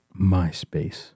MySpace